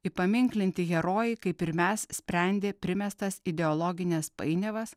įpaminklinti herojai kaip ir mes sprendė primestas ideologines painiavas